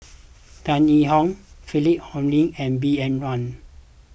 Tan Yee Hong Philip Hoalim and B N Rao